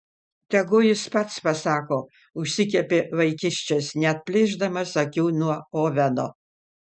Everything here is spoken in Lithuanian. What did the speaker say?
tegu jis pats pasako užsikepė vaikiščias neatplėšdamas akių nuo oveno